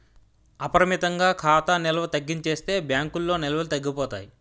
అపరిమితంగా ఖాతా నిల్వ తగ్గించేస్తే బ్యాంకుల్లో నిల్వలు తగ్గిపోతాయి